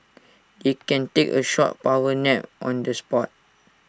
they can take A short power nap on the spot